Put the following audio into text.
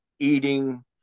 Eating